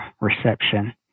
reception